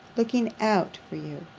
looking out for you,